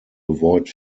avoid